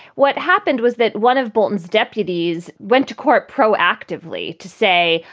what happened was that one of bolton's deputies went to court proactively to say,